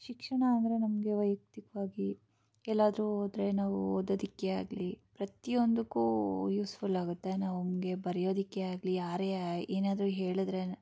ಶಿಕ್ಷಣ ಅಂದರೆ ನಮಗೆ ವೈಯಕ್ತಿಕವಾಗಿ ಎಲ್ಲಾದರೂ ಹೋದ್ರೆ ನಾವು ಓದೋದಕ್ಕೆ ಆಗಲಿ ಪ್ರತಿಯೊಂದಕ್ಕೂ ಯೂಸ್ಫುಲ್ ಆಗುತ್ತೆ ನಮಗೆ ಬರೆಯೋದಕ್ಕೆ ಆಗಲಿ ಯಾರೇ ಯ ಏನಾದರೂ ಹೇಳಿದ್ರೆ